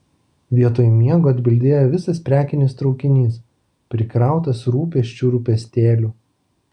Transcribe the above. vietoj miego atbildėjo visas prekinis traukinys prikrautas rūpesčių rūpestėlių